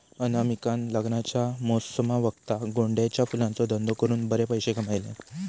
अनामिकान लग्नाच्या मोसमावक्ता गोंड्याच्या फुलांचो धंदो करून बरे पैशे कमयल्यान